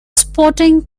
sporting